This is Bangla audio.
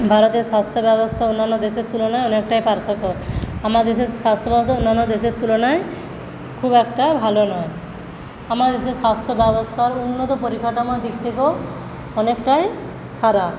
ভারতে স্বাস্থ্য ব্যবস্থা অন্যান্য দেশের তুলনায় অনেকটাই পার্থক্য আমাদের দেশের স্বাস্থ্য ব্যবস্থা অন্যান্য দেশের তুলনায় খুব একটা ভালো নয় আমাদের দেশের স্বাস্থ্য ব্যবস্থার উন্নত পরিকাঠামো দিক থেকেও অনেকটাই খারাপ